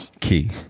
Key